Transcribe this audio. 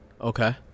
Okay